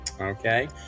Okay